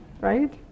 right